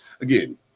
again